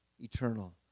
eternal